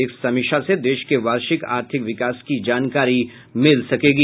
इस समीक्षा से देश के वार्षिक आर्थिक विकास की जानकारी मिल सकेगी